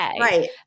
Right